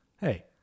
Hey